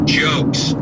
jokes